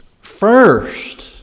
first